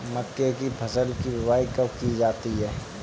मक्के की फसल की बुआई कब की जाती है?